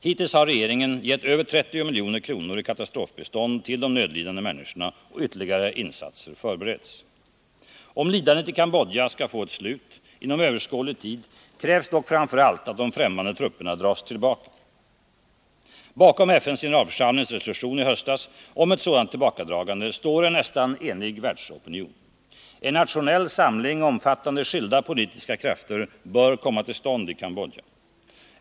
Hittills har regeringen gett över 30 milj.kr. i katastrofbistånd till de nödlidande människorna och ytterligare insatser förbereds. Om lidandet i Cambodja skall få ett slut inom överskådlig tid krävs att de främmande trupperna dras tillbaka. Bakom FN:s generalförsamlings resolution i höstas om ett sådant tillbakadragande står en nästan enig världsopinion. En nationell samling omfattande skilda politiska krafter bör komma till stånd i Cambodja.